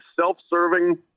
self-serving